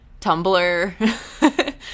tumblr